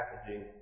packaging